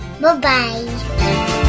Bye-bye